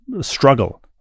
struggle